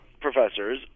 professors